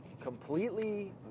completely